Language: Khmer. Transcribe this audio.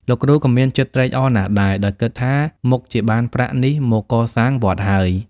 លោកគ្រូក៏មានចិត្តត្រេកអរណាស់ដែរ ដោយគិតថាមុខជាបានប្រាក់នេះមកកសាងវត្តហើយ។